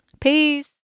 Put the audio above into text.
peace